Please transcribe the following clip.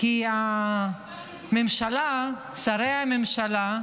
כי הממשלה, שרי הממשלה,